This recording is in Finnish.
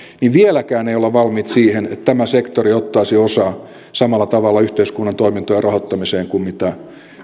niin vieläkään ei olla valmiita siihen että tämä sektori ottaisi osaa samalla tavalla yhteiskunnan toimintojen rahoittamiseen kuin mitä